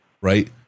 right